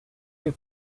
have